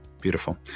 beautiful